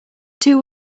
two